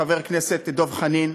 חבר הכנסת דב חנין,